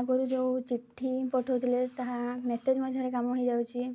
ଆଗରୁ ଯେଉଁ ଚିଠି ପଠାଉଥିଲେ ତାହା ମେସେଜ୍ ମଧ୍ୟରେ କାମ ହୋଇଯାଉଛି